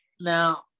Now